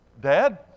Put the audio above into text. Dad